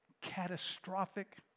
catastrophic